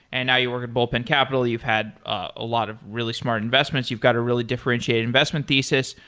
and now you work at bullpen capital. you've had a lot of really smart investments. you've got a really differentiated investment thesis.